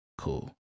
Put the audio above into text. cool